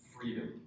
freedom